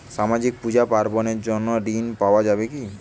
সামাজিক পূজা পার্বণ এর জন্য ঋণ পাওয়া যাবে কি?